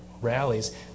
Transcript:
rallies